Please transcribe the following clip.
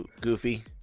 Goofy